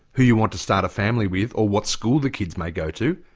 who you want to start a family with or what school the kids may go to,